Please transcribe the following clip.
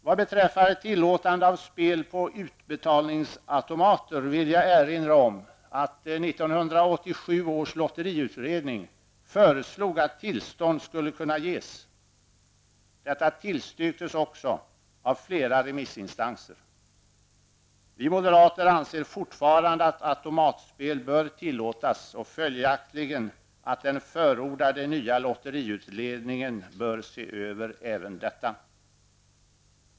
Vad beträffar tillåtande av spel på utbetalningsautomater vill jag erinra om att 1987 års lotteriutredning föreslog att tillstånd skulle kunna ges. Detta tillstyrktes också av flera remissinstanser. Vi moderater anser fortfarande att automatspel bör tillåtas och följaktligen att den förordade nya lotteriutredningen bör se över även detta.